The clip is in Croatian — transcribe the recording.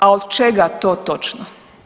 A od čega to točno?